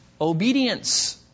obedience